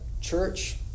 church